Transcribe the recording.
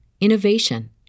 innovation